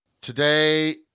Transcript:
Today